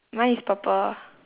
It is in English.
mine is purple